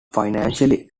financially